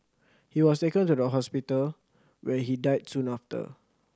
he was taken to the hospital where he died soon after